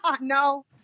No